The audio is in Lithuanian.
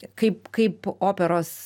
kaip kaip operos